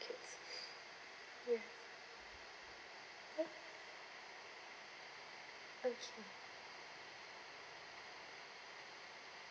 kid ya okay